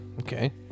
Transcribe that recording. Okay